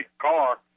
car